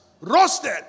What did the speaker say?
roasted